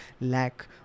lack